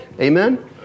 Amen